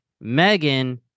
Megan